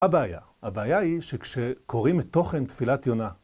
מה הבעיה? הבעיה היא שכשקוראים את תוכן תפילת יונה